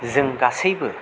जों गासैबो